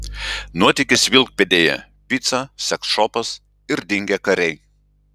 nuotykis vilkpėdėje pica seksšopas ir dingę kariai